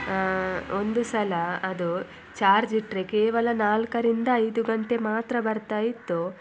ಒಂದು ಸಲ ಅದು ಚಾರ್ಜ್ ಇಟ್ಟರೆ ಕೇವಲ ನಾಲ್ಕರಿಂದ ಐದು ಗಂಟೆ ಮಾತ್ರ ಬರ್ತಾ ಇತ್ತು